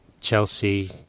Chelsea